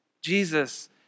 Jesus